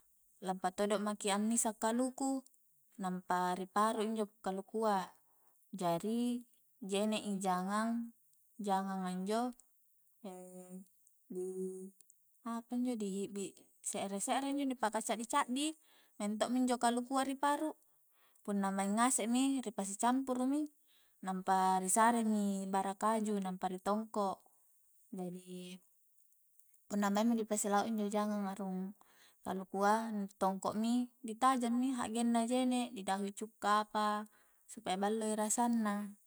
Lampa todo maki ammisa kaluku nampa ri paru' injo kalukua jadi jene' i jangang-jangang a injo di apanjo di hibbi se're-se're injo ni paka caddi-caddi maing to'mi injo kalukua ri paru' punna maing ngasekmi ri pasi campuru mi nampa ri saremi bara kaju' nampa ri tongko, jadi punna maingmi dipasi lau' injo jangang a rung kalukua ditongko mi di tajangmi hakgenna jene' didahui cukka apa supaya ballo i rasanna